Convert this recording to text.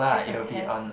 that's your test